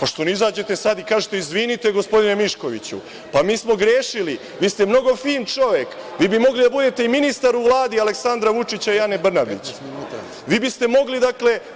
Zašto ne izađete sada i kažete – izvinite gospodine Miškoviću, pa mi smo grešili, vi ste mnogo fin čovek, vi bi mogli da budete i ministar u Vladi Aleksandra Vučića i Ane Brnabić, vi biste mogli